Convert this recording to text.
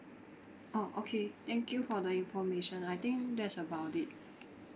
orh okay thank you for the information I think that's about it